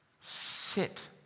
Sit